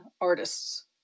artists